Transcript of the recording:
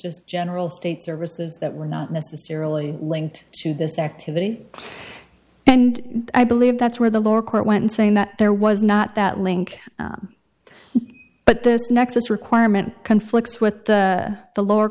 just general states or reserves that were not necessarily linked to this activity and i believe that's where the lower court went in saying that there was not that link but this nexus requirement conflicts with the the lower